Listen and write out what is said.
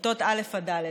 כיתות א' עד ד'.